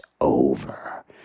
over